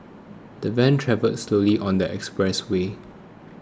the van travelled slowly on the expressway